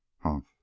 Humph